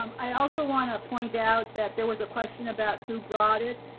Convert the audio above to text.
um i also wanna point out that there was a question about who brought it.